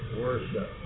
worship